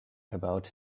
about